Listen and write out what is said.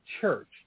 church